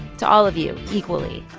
to all of you equally,